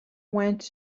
went